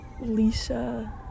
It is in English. Lisa